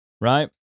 right